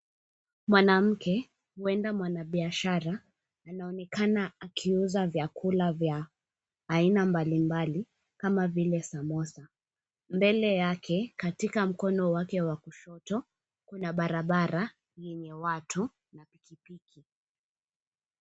Mwanamke, huenda mwanabiashara anaonekana akiuza vyakula vya aina mbalimbali kama vile samosa. Mbele yake katika mkono wake wa kushoto kuna barabara yenye watu.